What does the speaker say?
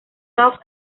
offs